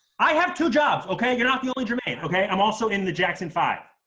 i have two jobs, okay? you're not the only jermaine, okay? i'm also in the jackson five.